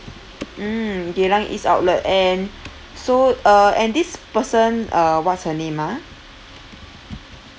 mm geylang east outlet and so uh and this person uh what's her name ah